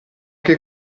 che